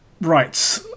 Right